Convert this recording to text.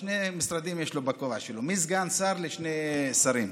שני משרדים יש לו בכובע שלו, מסגן שר לשני שרים.